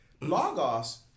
logos